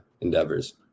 endeavors